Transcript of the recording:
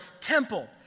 temple